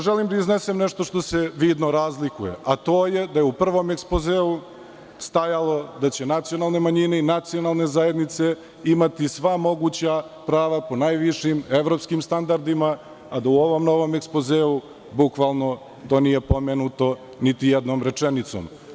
Želim da iznesem nešto što se vidno razlikuje, a to je da je u prvom ekspozeu stajalo da će nacionalne manjine i nacionalne zajednice imati sva moguća prava po najvišim evropskim standardima, a da u ovom novom ekspozeu to nije pomenuto niti jednom rečenicom.